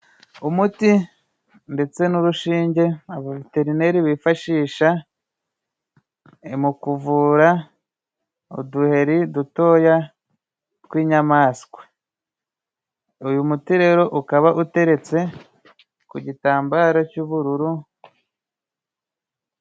Umuti ndetse n'urushinge Abaveterineri bifashisha mu kuvura uduheri dutoya tw'inyamaswa. Uyu muti rero ukaba uteretse ku gitambaro cy'ubururu.